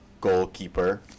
goalkeeper